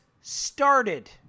started